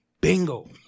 Bingo